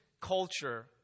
culture